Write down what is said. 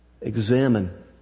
examine